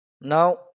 Now